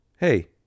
Hey